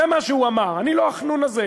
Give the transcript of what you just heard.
זה מה שהוא אמר: אני לא החנון הזה,